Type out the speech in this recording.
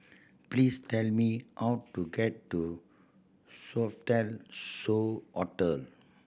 please tell me how to get to Sofitel So Hotel